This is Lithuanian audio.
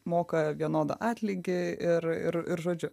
moka vienodą atlygį ir ir ir žodžiu